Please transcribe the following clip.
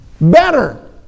better